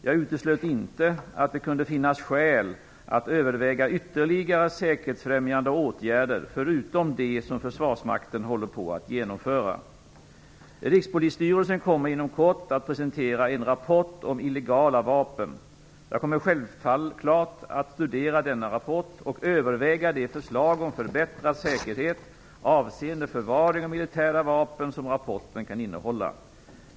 Jag uteslöt inte att det kunde finnas skäl att överväga ytterligare säkerhetsfrämjande åtgärder förutom dem som försvarsmakten håller på att genomföra. Rikspolisstyrelsen kommer inom kort att presentera en rapport om illegala vapen. Jag kommer självfallet att studera denna rapport och överväga de förslag om förbättrad säkerhet avseende förvaring av militära vapen som rapporten kan innehålla.